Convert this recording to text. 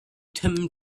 tim